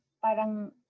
parang